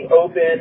open